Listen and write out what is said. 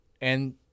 And-